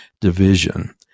division